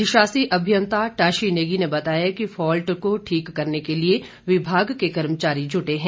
अधिशासी अभियंता टाशी नेगी ने बताया कि फाल्ट को ठीक करने के लिए विभाग के कर्मचारी जुटे हैं